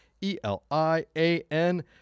e-l-i-a-n